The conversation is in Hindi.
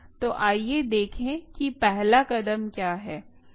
तो आइए देखें कि पहला कदम क्या है